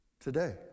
today